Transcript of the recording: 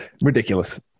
Ridiculous